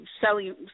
selling